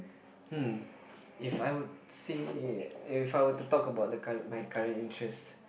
hmm if I would say if I were to talk about the current my current interest